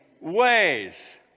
ways